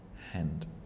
hand